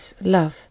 love